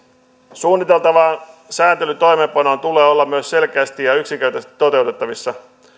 suunniteltavan sääntelytoimeenpanon tulee olla myös selkeästi ja yksinkertaisesti toteutettavissa